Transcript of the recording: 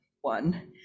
one